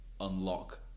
unlock